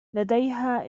لديها